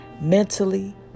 mentally